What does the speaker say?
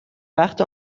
وقت